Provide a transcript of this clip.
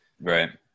Right